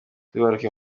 azibaruka